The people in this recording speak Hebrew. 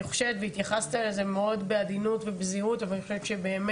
התייחסת לזה מאוד בעדינות ובזהירות,